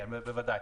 בוודאי.